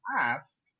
ask